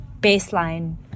baseline